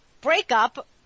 breakup